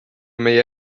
meie